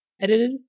edited